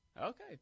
Okay